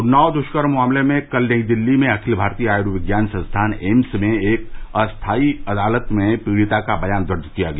उन्नाव दुष्कर्म मामले में कल नई दिल्ली में अखिल भारतीय आयुर्विज्ञान संस्थान एम्स में एक अस्थाई अदालत में पीड़िता का बयान दर्ज किया गया